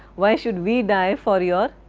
why should we die for your